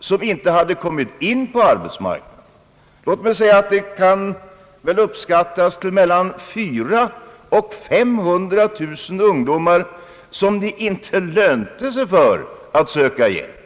som inte hade kommit in på arbetsmarknaden, utan hjälp. Uppskattningsvis kan det ha varit mellan 400 000 och 500 000 ungdomar, för vilka det inte lönade sig att söka hjälp.